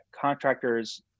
contractors